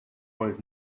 was